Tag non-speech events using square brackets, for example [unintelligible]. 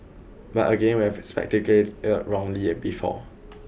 but again we've [unintelligible] wrongly [unintelligible] before